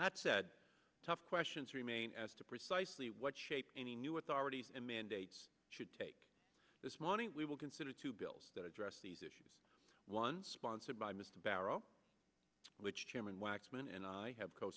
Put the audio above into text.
lott said tough questions remain as to precisely what shape any new authority and mandates should take this morning we will consider two bills that address these issues one sponsored by mr barrow which chairman waxman and i have co